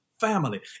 family